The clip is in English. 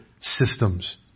systems